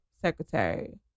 secretary